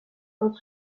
faute